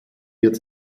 wird